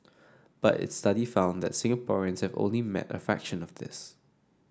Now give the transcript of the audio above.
but its study found that Singaporeans have only met a fraction of this